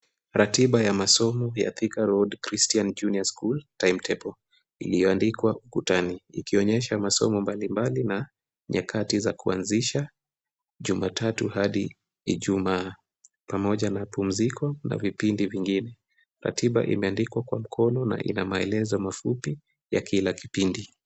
Ratiba ya masomo ya ThikaRoad Christian Junior school timetable iliyoandikwa ukutani, ikionyesha masomo mbali mbali na nyakati za kuanzisha Jumatatu hadi Ijumaa, pamoja na pumziko na vipindi vingine. Ratiba imeandikwa kwa mkono na ina maelezo mafupi ya kila kipindi.